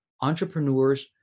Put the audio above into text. entrepreneurs